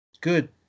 good